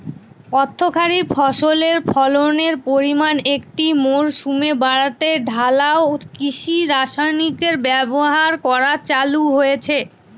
অর্থকরী ফসলের ফলনের পরিমান একটি মরসুমে বাড়াতে ঢালাও কৃষি রাসায়নিকের ব্যবহার করা চালু হয়েছে